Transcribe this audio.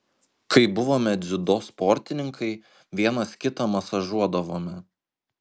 kai buvome dziudo sportininkai vienas kitą masažuodavome